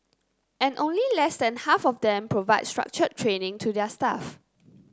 and only less than half of them provide structured training to their staff